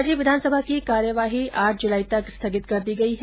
राज्य विधानसभा की कार्यवाही आठ जुलाई तक स्थगित कर दी गई है